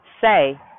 say